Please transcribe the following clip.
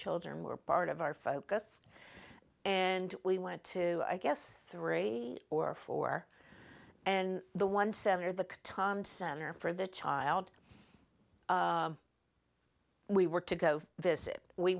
children were part of our focus and we went to i guess three or four and the one seven or the time center for the child we were to go visit we